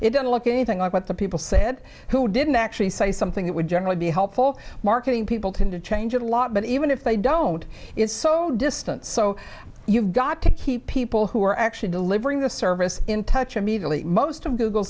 it doesn't look anything like what the people said who didn't actually say something that would generally be helpful marketing people to change a lot but even if they don't it's so distant so you've got to keep people who are actually delivering the service in touch immediately most of